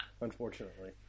Unfortunately